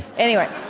anyway,